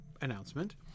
announcement